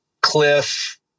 cliff